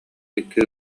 икки